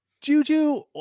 Juju